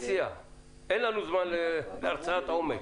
אין לנו זמן להרצאת עומק.